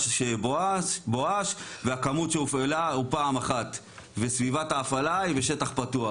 של "בואש" והכמות שהופעלה היא פעם אחת וסביבת ההפעלה היא בשטח פתוח.